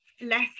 less